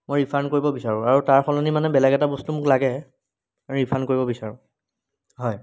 মই ৰিফাণ্ড কৰিব বিচাৰোঁ আৰু তাৰ সলনি মানে বেলেগ এটা বস্তু মোক লাগে ৰিফাণ্ড কৰিব বিচাৰোঁ হয়